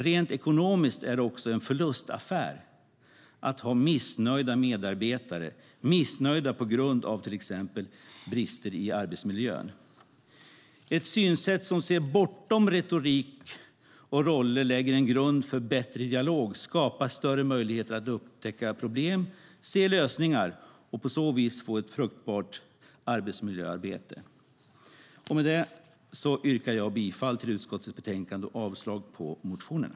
Rent ekonomiskt är det också en förlustaffär att ha missnöjda medarbetare på grund av till exempel brister i arbetsmiljön. Ett synsätt som ser bortom retorik och roller lägger en grund för en bättre dialog, skapar större möjligheter att upptäcka problem, ser lösningar och skapar på så vis ett fruktbart arbetsmiljöarbete. Jag yrkar bifall till utskottets förslag i betänkandet och avslag på motionerna.